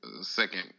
second